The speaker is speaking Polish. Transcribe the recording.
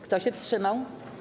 Kto się wstrzymał?